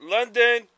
London